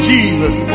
Jesus